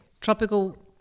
Tropical